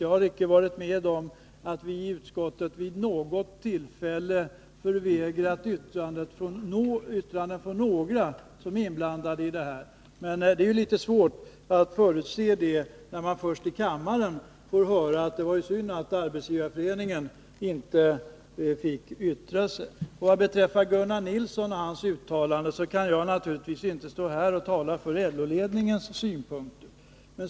Jag har icke vid något tillfälle varit med om att vi i utskottet har motsatt oss att yttranden tas in från inblandade i detta sammanhang, oavsett från vilket håll det gällt. Men det är litet för sent när man först i kammaren får höra att det är synd att Arbetsgivareföreningen inte fått yttra sig. Vad beträffar Gunnar Nilssons uttalande kan jag naturligtvis inte här yttra mig om LO-ledningens synpunkter.